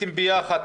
הייתם ביחד,